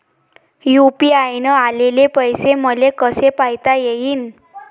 UPI न आलेले पैसे मले कसे पायता येईन?